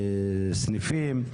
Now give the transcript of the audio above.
סניפים,